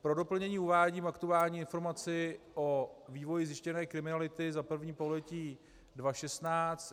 Pro doplnění uvádím aktuální informaci o vývoji zjištěné kriminality za první pololetí 2016.